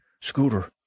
Scooter